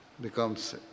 becomes